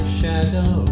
shadow